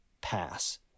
pass